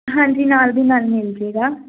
ਹਾਂਜੀ ਨਾਲ ਦੀ ਨਾਲ ਮਿਲਜੇਗਾ